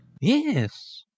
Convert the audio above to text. Yes